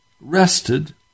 rested